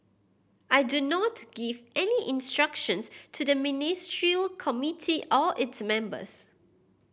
I do not give any instructions to the Ministerial Committee or its members